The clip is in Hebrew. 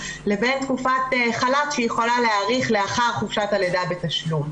לבין תקופת חל"ת שהיא יכולה להאריך לאחר חופשת הלידה בתשלום.